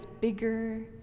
bigger